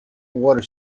water